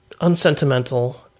unsentimental